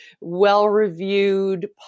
well-reviewed